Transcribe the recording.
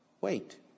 wait